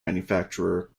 manufacturer